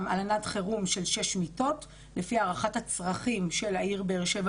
הלנת חירום של שש מיטות לפי הערכת הצרכים של העיר באר שבע